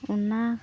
ᱚᱱᱟ